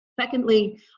Secondly